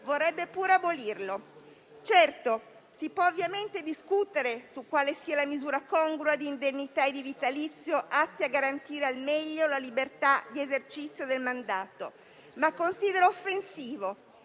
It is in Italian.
vorrebbe pure abolirlo. Certo, si può ovviamente discutere su quale sia la misura congrua di indennità e di vitalizio atti a garantire al meglio la libertà di esercizio del mandato, ma considero offensivo,